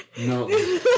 No